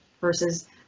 versus